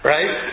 Right